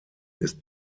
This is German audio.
ist